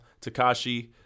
Takashi